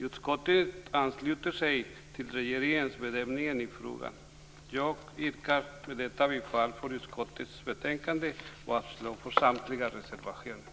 Utskottet ansluter sig till regeringens bedömning i frågan. Jag yrkar bifall till hemställan i utskottets betänkande och avslag på samtliga reservationer.